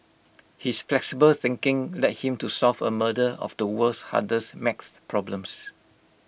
his flexible thinking led him to solve A murder of the world's hardest max problems